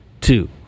two